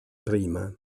prima